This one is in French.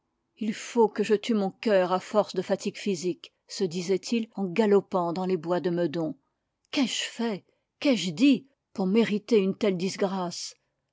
il faut que je tue mon coeur à force de fatigue physique se disait-il en galopant dans les bois de meudon qu'ai-je fait qu'ai-je dit pour mériter une telle disgrâce